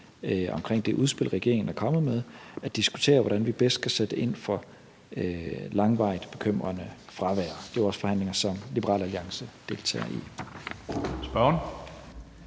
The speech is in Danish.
omkring det udspil, regeringen er kommet med, at diskutere, hvordan vi bedst kan sætte ind i forhold til langvarigt bekymrende fravær. Det er jo også forhandlinger, som Liberal Alliance deltager i. Kl.